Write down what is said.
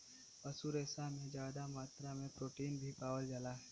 पशु रेसा में जादा मात्रा में प्रोटीन भी पावल जाला